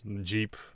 Jeep